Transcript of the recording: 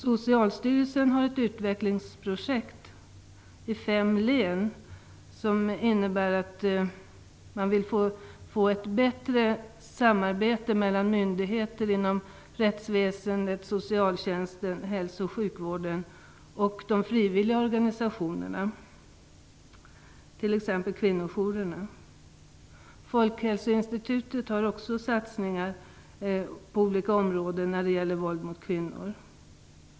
Socialstyrelsen har ett utvecklingsprojekt i fem län, som innebär att man vill få ett bättre samarbete mellan myndigheter inom rättsväsendet, socialtjänsten samt hälso och sjukvården och de frivilliga organisationerna, t.ex. kvinnojourerna. Också Folkhälsoinstitutet gör satsningar på olika områden vad avser våld mot kvinnor.